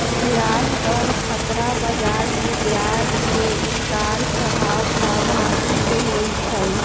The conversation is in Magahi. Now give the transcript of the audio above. ब्याज दर खतरा बजार में ब्याज के उतार चढ़ाव प्रभावित होइ छइ